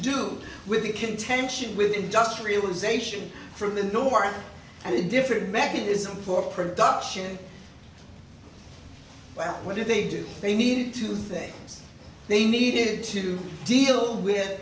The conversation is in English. do with the contention with industrialization from the north and a different mechanism for production whether they do they needed to say they needed to deal with